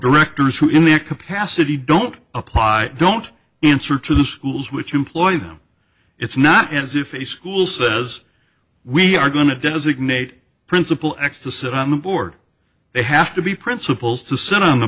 directors who in their capacity don't apply don't answer to the schools which employ them it's not as if a school says we are going to designate principal x to sit on the board they have to be principals to sit on the